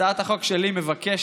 הצעת החוק שלי מבקשת